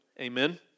amen